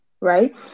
right